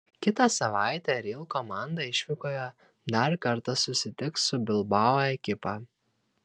kitą savaitę real komanda išvykoje dar kartą susitiks su bilbao ekipa